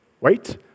Wait